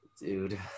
Dude